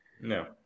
No